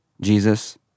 Jesus